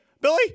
Billy